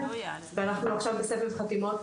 ואנחנו היום בסבב חתימות.